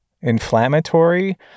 inflammatory